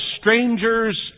strangers